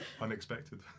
Unexpected